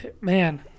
man